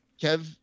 Kev